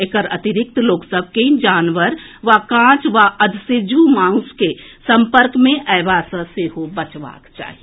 एकर अतिरिक्त लोक सभ के जानवर वा कांच वा अधसिज्झु मांसक संपर्क मे अएबा सॅ सेहो बचबाक चाही